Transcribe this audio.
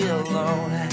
alone